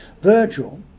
Virgil